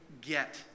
get